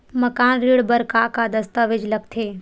मकान ऋण बर का का दस्तावेज लगथे?